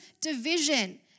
division